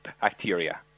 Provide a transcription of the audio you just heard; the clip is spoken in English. bacteria